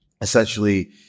essentially